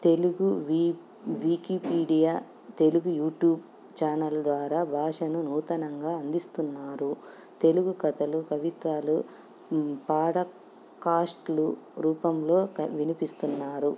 తెలుగు వీ Wikipedia Telugu YouTube channel ద్వారా భాషను నూతనంగా అందిస్తున్నారు తెలుగు కథలు కవిత్రాలు పాడ్కాస్ట్ల రూపంలో వినిపిస్తున్నారు